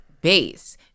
base